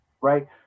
Right